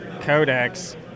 Codex